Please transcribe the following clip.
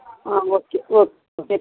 okay okay